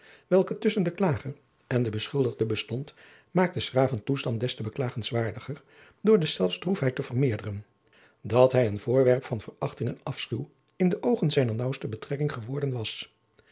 welke tusschen den klager en den beschuldigden bestond maakte s graven toestand des te beklagenswaardiger door deszelfs droefheid te vermeerderen dat hij een voorwerp van verachting en afschuw in de oogen zijner naauwste betrekking geworden was